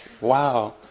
wow